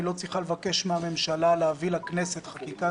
היא לא צריכה לבקש מהממשלה להביא לכנסת חקיקה,